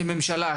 כממשלה,